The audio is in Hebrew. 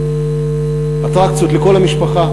אטרקציות לכל המשפחה,